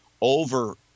Over